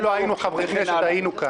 כי גם כשלא היינו חברי כנסת היינו כאן.